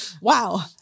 Wow